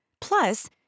Plus